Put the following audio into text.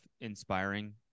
inspiring